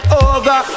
over